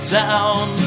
town